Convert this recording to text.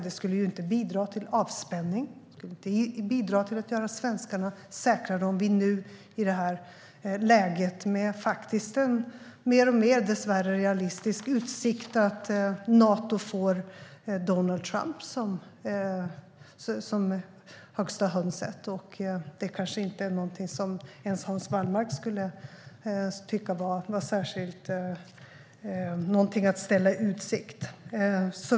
Det skulle inte bidra till avspänning eller till att göra svenskarna tryggare att överge den i det här läget, när det dessvärre är mer och mer realistiskt att Nato får Donald Trump som högsta hönset. Det kanske inte ens Hans Wallmark tycker är något att ställa i utsikt.